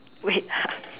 wait